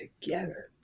together